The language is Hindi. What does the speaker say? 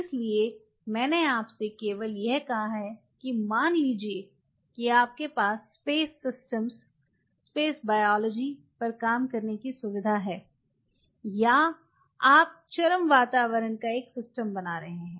इसलिए मैंने आपसे केवल यह कहा है कि मान लीजिए कि आपके पास स्पेस सिस्टम्स स्पेस बायोलॉजी पर काम करने की सुविधा है या आप चरम वातावरण का एक सिस्टम बना रहे है